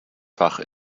fach